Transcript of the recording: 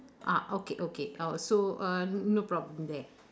ah okay okay uh so uh no problem there